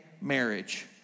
marriage